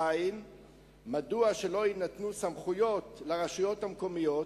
2. מדוע לא יינתנו סמכויות לרשויות המקומיות